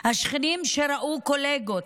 השכנים שראו קולגות,